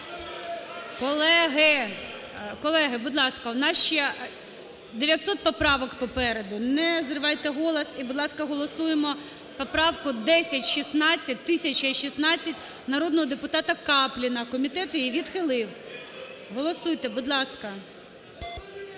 Колеги, будь ласка, у нас ще 900 поправок попереду, не зривайте голос. І, будь ласка, голосуємо поправок 1016, 1016 народного депутата Капліна. Комітет її відхилив. Голосуйте, будь ласка.